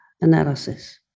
analysis